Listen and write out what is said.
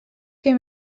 què